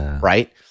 right